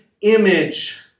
image